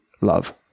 love